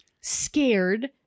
scared